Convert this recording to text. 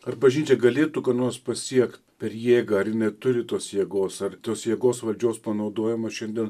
ar bažnyčia galėtų ko nors pasiekt per jėgą ar jinai turi tos jėgos ar tos jėgos valdžios panaudojimas šiandien